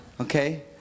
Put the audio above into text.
Okay